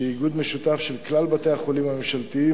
שהיא איגוד משותף של כלל בתי-החולים הממשלתיים,